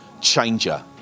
changer